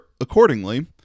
Accordingly